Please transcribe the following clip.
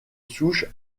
souche